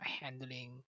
handling